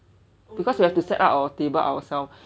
because we have to set up our table ourselves